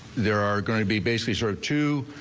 there are going to be bases or two.